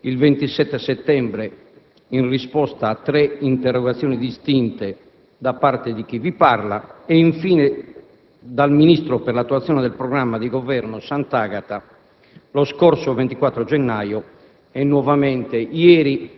il 27 settembre, in risposta a tre interrogazioni distinte, da parte di chi vi parla e, infine, dal ministro per l'attuazione del programma di Governo Santagata lo scorso 24 gennaio e, nuovamente, ieri